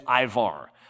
Ivar